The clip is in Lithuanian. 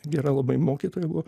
gera labai mokytoja buvo